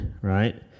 right